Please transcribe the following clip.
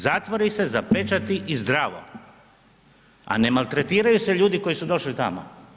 Zatvori se, zapečati i zdravo a ne maltretiraju se ljudi koji su došli tamo.